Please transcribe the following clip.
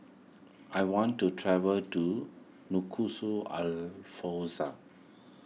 I want to travel to